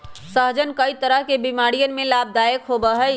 सहजन कई तरह के बीमारियन में लाभदायक होबा हई